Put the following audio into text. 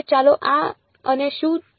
ચાલો આ અને શું છે